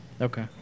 Okay